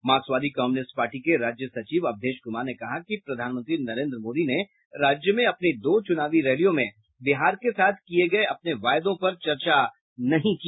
मार्क्सवादी communist party के राज्य सचिव अवधेश कुमार ने कहा कि प्रधानमंत्री नरेन्द्र मोदी ने राज्य में अपनी दो चुनावी रैलियों में बिहार के साथ किये गये अपने वायदों पर चर्चा नहीं की